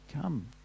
come